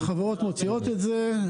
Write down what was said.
החברות מוציאות את זה.